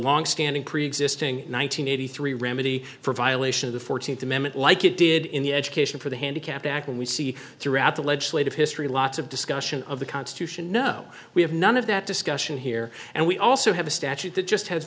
longstanding preexisting one nine hundred eighty three remedy for violation of the fourteenth amendment like it did in the education for the handicapped act and we see throughout the legislative history lots of discussion of the constitution no we have none of that discussion here and we also have a statute that just has